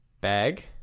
Bag